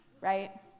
right